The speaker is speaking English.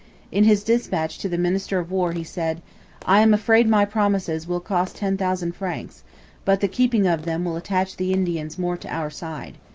in his dispatch to the minister of war he said i am afraid my promises will cost ten thousand francs but the keeping of them will attach the indians more to our side.